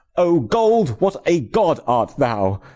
o gold, what a god art thou!